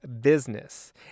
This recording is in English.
business